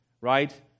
right